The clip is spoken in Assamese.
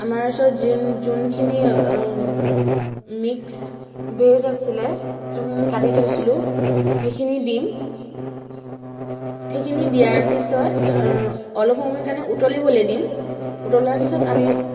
আমাৰ ওচৰত যোনখিনি মিক্স ভেজ আছে যোনখিনি কাটি থৈছিলোঁ সেইখিনি দিম সেইখিনি দিয়াৰ পিছত অলপ সময় কাৰণে উতলিব দিম উতলাৰ পিছত আমি